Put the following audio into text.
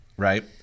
Right